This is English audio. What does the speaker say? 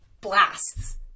blasts